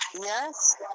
Yes